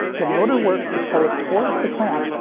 the motor works to pull it towards the clamp,